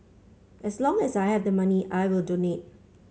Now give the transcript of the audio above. as long as I have the money I will donate